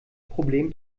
problem